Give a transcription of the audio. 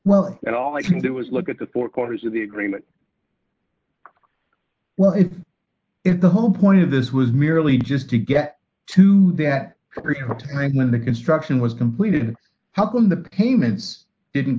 well and all i can do is look at the four corners of the agreement well it is the whole point of this was merely just to get to that project and then the construction was completed how come the payments didn't